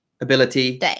ability